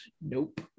Nope